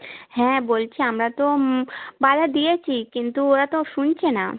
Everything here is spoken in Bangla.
হ্যাঁ বলছি আমরা তো বাধা দিয়েছি কিন্তু ওরা তো শুনছে না